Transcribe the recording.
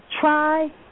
Try